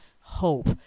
hope